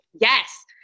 yes